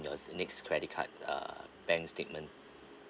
in your next credit cards uh bank statement